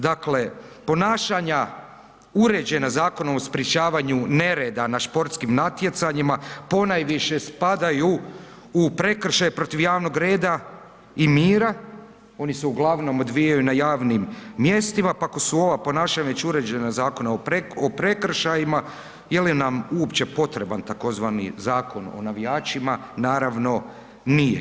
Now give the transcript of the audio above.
Dakle, ponašanja uređena Zakonom o sprječavanju nereda na športskim natjecanjima ponajviše spadaju u prekršaje protiv radnog reda i mira, oni se uglavnom odvijaju na javnim mjestima, pa ako su ova ponašanja već uređena Zakonom o prekršajima je li nam uopće potreban tzv. Zakon o navijačima, naravno nije.